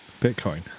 Bitcoin